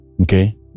Okay